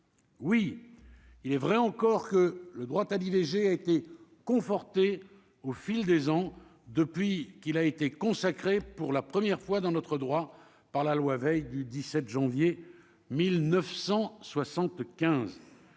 oui, il est vrai, encore que le droit à l'IVG a été confortée au fil des ans depuis qu'il a été consacrée pour la première fois dans notre droit par la loi Veil du 17 janvier 1975